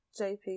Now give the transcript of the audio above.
JP